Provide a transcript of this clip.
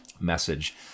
message